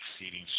exceeding